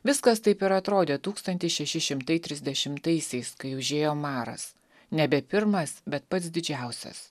viskas taip ir atrodė tūkstantis šeši šimtai trisdešimtaisiais kai užėjo maras nebe pirmas bet pats didžiausias